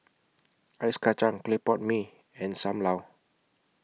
Ice Kacang Clay Pot Mee and SAM Lau